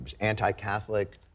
anti-Catholic